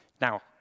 Now